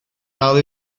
dal